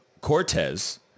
Cortez